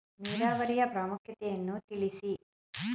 ನೀರಾವರಿಯ ಪ್ರಾಮುಖ್ಯತೆ ಯನ್ನು ತಿಳಿಸಿ?